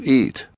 eat